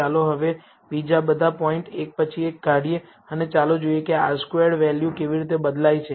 ચાલો હવે બીજા બધા પોઇન્ટ એક પછી એક કાઢીએ અને ચાલો જોઈએ કે R સ્ક્વેર્ડ વેલ્યુ કેવી રીતે બદલાય છે